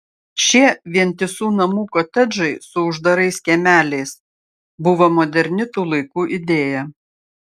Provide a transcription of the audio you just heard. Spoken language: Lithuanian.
šie vientisų namų kotedžai su uždarais kiemeliais buvo moderni tų laikų idėja